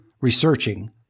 researching